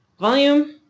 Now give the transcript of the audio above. volume